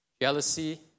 jealousy